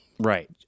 Right